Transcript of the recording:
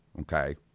Okay